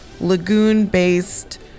lagoon-based